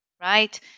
right